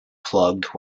plugged